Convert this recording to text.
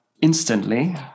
instantly